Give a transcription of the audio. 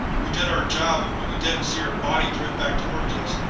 we did our job and when we didn't see her body drift back toward us,